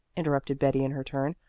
interrupted betty in her turn.